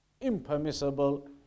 impermissible